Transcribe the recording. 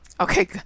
Okay